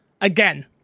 Again